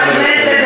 בכנסת,